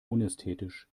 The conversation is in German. unästhetisch